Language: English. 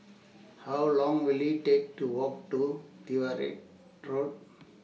How Long Will IT Take to Walk to Tyrwhitt Road